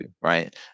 right